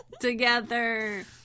Together